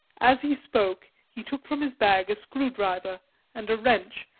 as he spoke he took from his bag a screwdriver and a wrench,